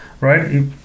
Right